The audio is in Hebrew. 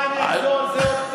אני אחזור שוב